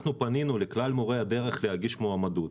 אנחנו פנינו לכלל מורי הדרך להגיש מועמדות.